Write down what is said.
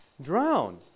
drown